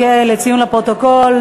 לציון לפרוטוקול,